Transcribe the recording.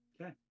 Okay